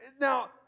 Now